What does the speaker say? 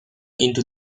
into